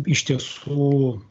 iš tiesų